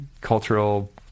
cultural